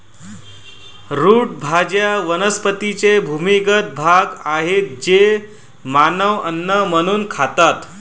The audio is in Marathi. रूट भाज्या वनस्पतींचे भूमिगत भाग आहेत जे मानव अन्न म्हणून खातात